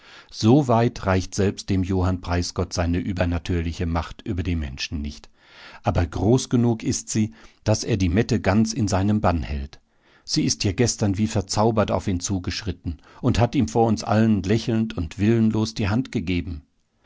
so weit reicht selbst dem johann preisgott seine übernatürliche macht über die menschen nicht aber groß genug ist sie daß er die mette ganz in seinem bann hält sie ist ja gestern wie verzaubert auf ihn zugeschritten und hat ihm vor uns allen lächelnd und willenlos die hand gegeben